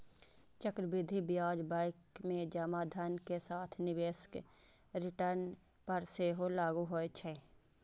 चक्रवृद्धि ब्याज बैंक मे जमा धन के साथ निवेशक रिटर्न पर सेहो लागू होइ छै